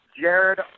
Jared